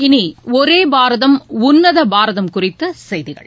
இனி ஒரே பாரதம் உன்னத பாரதம் குறித்த செய்திகள்